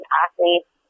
athletes